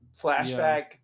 flashback